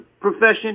profession